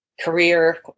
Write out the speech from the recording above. career